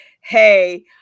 hey